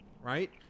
Right